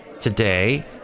today